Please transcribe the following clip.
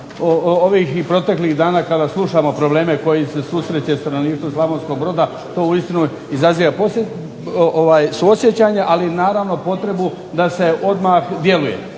Ovih dana kada slušamo probleme kojima se susreće stanovništvo Slavonskog Broda to uistinu izaziva suosjećanje ali naravno potrebu da se odmah djeluje.